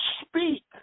speak